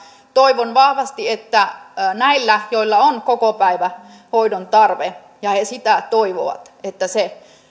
toivon vahvasti että näillä joilla on kokopäivähoidon tarve ja jotka sitä toivovat se